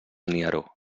nieró